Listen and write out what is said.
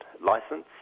license